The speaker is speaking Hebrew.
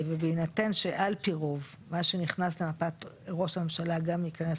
ובהינתן שעל פי רוב מה שנכנס למפת ראש הממשלה גם ייכנס